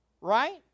Right